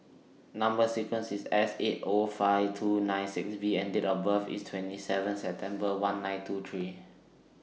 Number sequence IS S eight O five four two nine six B and Date of birth IS twenty seven September one nine two three